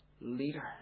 leader